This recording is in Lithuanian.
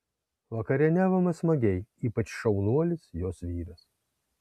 vakarieniavome smagiai ypač šaunuolis jos vyras